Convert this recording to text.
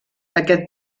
aquest